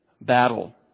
battle